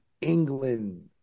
England